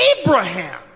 Abraham